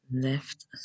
left